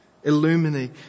Illuminate